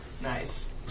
Nice